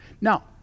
Now